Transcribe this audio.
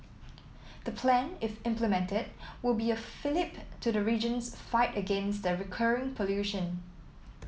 the plan if implemented will be a fillip to the region's fight against the recurring pollution